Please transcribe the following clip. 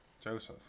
Joseph